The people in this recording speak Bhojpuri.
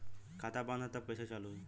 खाता बंद ह तब कईसे चालू होई?